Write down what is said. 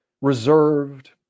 reserved